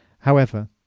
however,